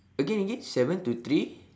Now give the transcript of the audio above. again again seven to three